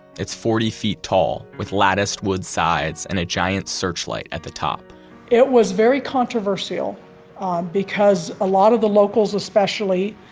it's forty feet tall with latticed wood sides and a giant searchlight at the top it was very controversial um because a lot of the locals especially,